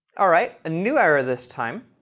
all right, a new error this time.